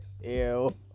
Ew